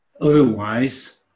Otherwise